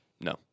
No